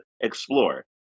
explore